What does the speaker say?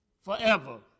forever